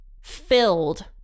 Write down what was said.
filled